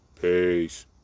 Peace